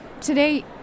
today